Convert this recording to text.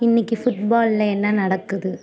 இன்னைக்கு ஃபுட்பாலில் என்ன நடக்குது